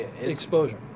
exposure